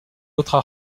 autres